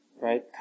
right